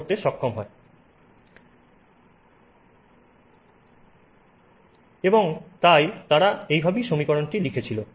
এবং সুতরাং তারা এইভাবেই সমীকরণটি লিখেছিল